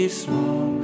small